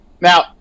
now